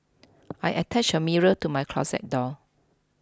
I attached a mirror to my closet door